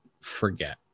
forget